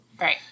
Right